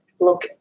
look